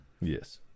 Yes